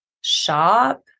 shop